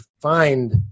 find